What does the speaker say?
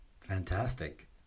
Fantastic